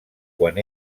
quan